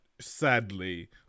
sadly